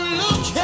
look